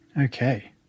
Okay